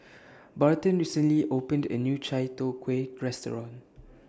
Barton recently opened A New Chai Tow Kway Restaurant